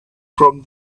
from